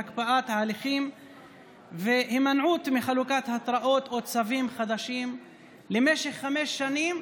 הקפאת ההליכים והימנעות מחלוקת התראות או צווים חדשים למשך חמש שנים,